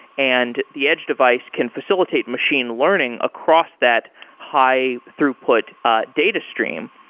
and the edge device can facilitate machine learning across that high throughput ah data stream,